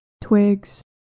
twigs